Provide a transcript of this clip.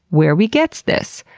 where we gets this?